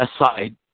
aside